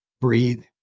breathe